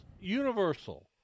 universal